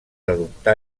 adoptar